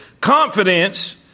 confidence